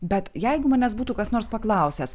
bet jeigu manęs būtų kas nors paklausęs